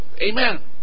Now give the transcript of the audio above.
Amen